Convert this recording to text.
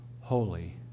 holy